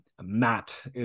Matt